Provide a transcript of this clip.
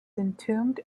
entombed